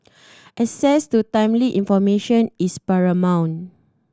access to timely information is paramount